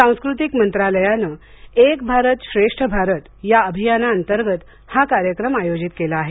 सांस्कृतिक मंत्रालयाने एक भारत श्रेष्ठ भारत या अभियानाअंतर्गत हा कार्यक्रम आयोजित केला आहे